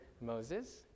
Moses